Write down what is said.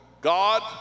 God